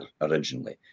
originally